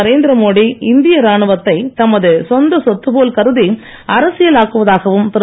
நரேந்திர மோடி இந்திய ராணுவத்தை தமது சொந்த சொத்து போல் கருதி அரசியலாக்குவதாகவும் திரு